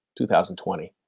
2020